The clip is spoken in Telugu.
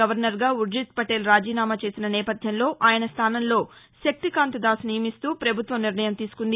గవర్నర్గా ఉర్దీణ్పటేల్ రాజీనామా చేసిన నేపథ్యంలో ఆయన స్టానంలో శక్తికాంతదాస్ నియమిస్తూ ప్రభుత్వం నిర్ణయం తీసుకుంది